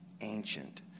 ancient